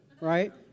right